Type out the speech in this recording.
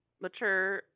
mature